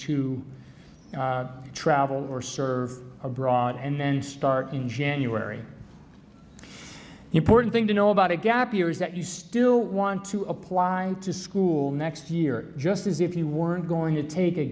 to travel or serve abroad and start in january the important thing to know about a gap year is that you still want to apply to school next year just as if you weren't going to take a